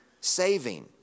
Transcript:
saving